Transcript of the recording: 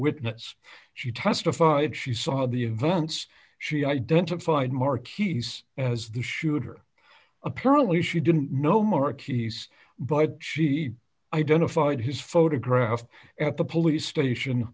witness she testified she saw the events she identified marquees as the shooter apparently she didn't know mark east but she identified his photograph at the police station